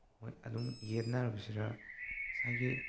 ꯃꯣꯏꯅ ꯑꯗꯨꯝ ꯌꯦꯠꯅꯔꯕꯁꯤꯗ ꯉꯁꯥꯏꯒꯤ